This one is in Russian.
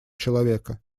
человека